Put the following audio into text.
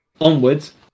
onwards